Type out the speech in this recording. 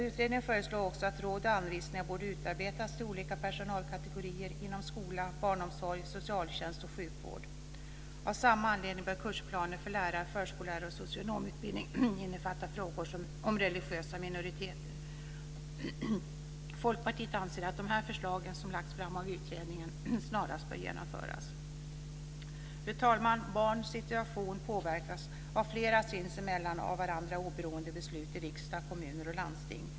Utredningen föreslog också att råd och anvisningar borde utarbetas till olika personalkategorier inom skola, barnomsorg, socialtjänst och sjukvård. Av samma anledning bör kursplaner för lärar-, förskollärar och socionomutbildningar innefatta frågor om religiösa minoriteter. Folkpartiet anser att de förslag som lagts fram av utredningen snarast bör genomföras. Fru talman! Barns situation påverkas av flera sinsemellan av varandra oberoende beslut i riksdag, kommuner och landsting.